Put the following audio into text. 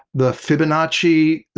the fibonacci,